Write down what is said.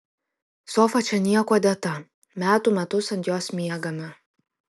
sofa čia niekuo dėta metų metus ant jos miegame